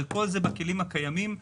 אבל פה בכלים הקיימים,